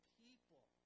people